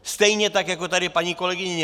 Stejně tak jako tady paní kolegyně